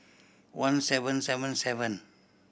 one seven seven seven